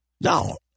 No